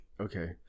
Okay